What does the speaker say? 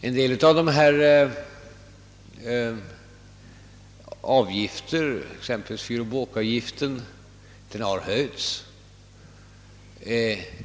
En del av avgifterna, exempelvis fyroch båkavgiften, har höjts.